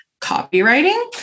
copywriting